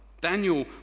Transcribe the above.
Daniel